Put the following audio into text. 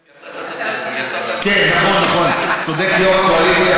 כמסדיר לבין לייצר אכיפה מוגזמת שחונקת את השוק.